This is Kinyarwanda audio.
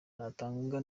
natanga